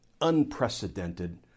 unprecedented